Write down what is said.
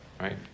right